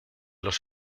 los